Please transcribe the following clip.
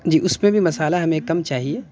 جی اس میں بھی مسالہ ہمیں کم چاہیے